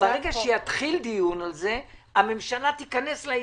ברגע שיתחיל דיון על זה הממשלה תיכנס לעניין.